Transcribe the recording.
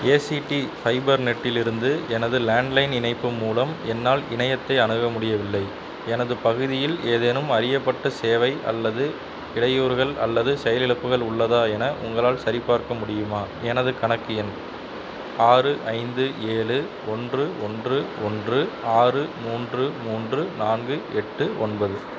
ACT fibre நெட்டிலிருந்து எனது landline இணைப்பு மூலம் என்னால் இணையத்தை அணுக முடியவில்லை எனது பகுதியில் ஏதேனும் அறியப்பட்ட சேவை அல்லது இடையூறுகள் அல்லது செயல் இலப்புகள் உள்ளதா என உங்களால் சரிபார்க்க முடியுமா எனது கணக்கு எண் ஆறு ஐந்து ஏழு ஒன்று ஒன்று ஒன்று ஆறு மூன்று மூன்று நான்கு எட்டு ஒன்பது